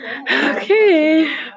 Okay